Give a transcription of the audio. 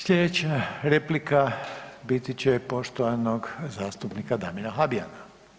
Slijedeća replika biti će poštovanog zastupnika Damira Habijana.